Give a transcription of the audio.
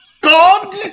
god